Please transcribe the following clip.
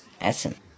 essence